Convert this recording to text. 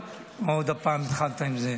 עוד הפעם התחלת עם זה?